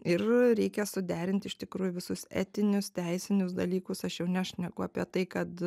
ir reikia suderinti iš tikrųjų visus etinius teisinius dalykus aš jau nešneku apie tai kad